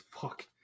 fuck